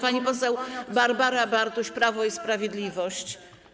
Pani poseł Barbara Bartuś, Prawo i Sprawiedliwość.